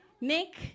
Nick